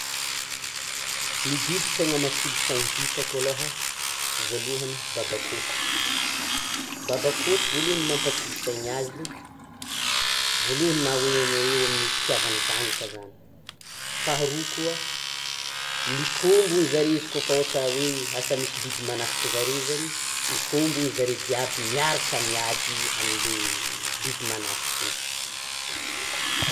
Ny biby tegna matsilo aloha, voalohany, babakoto, babakoto voalohany mampatsilo sainy azy vaolohany na hoe eo amin'ny fitiavany zanaka zany, faharoa koa mikombono zare izy koa fa ohatra hoe asa misy biby manafika zare zany mikombono zare jiaby miaraka miady amin'le biby manafika iny.